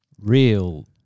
Real